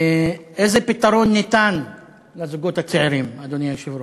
איזה פתרון ניתן לזוגות הצעירים, אדוני היושב-ראש?